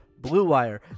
BlueWire